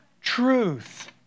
truth